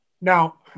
Now